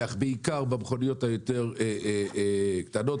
בעיקר במכוניות היותר קטנות.